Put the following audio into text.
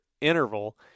interval